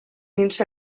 dins